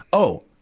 oh!